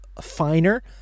finer